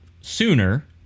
sooner